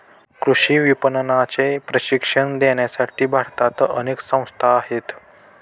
कृषी विपणनाचे प्रशिक्षण देण्यासाठी भारतात अनेक संस्था आहेत